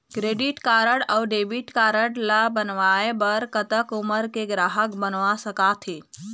Credit card अऊ debit card ला बनवाए बर कतक उमर के ग्राहक बनवा सका थे?